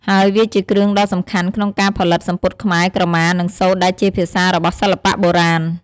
ហើយវាជាគ្រឿងដ៏សំខាន់ក្នុងការផលិតសំពត់ខ្មែរ ក្រមា និងសូត្រដែលជាភាសារបស់សិល្បៈបុរាណ។